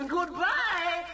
Goodbye